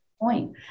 point